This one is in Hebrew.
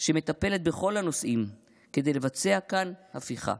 שמטפלת בכל הנושאים כדי לבצע כאן הפיכה,